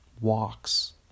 walks